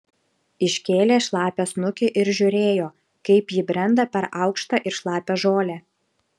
iškėlė šlapią snukį ir žiūrėjo kaip ji brenda per aukštą ir šlapią žolę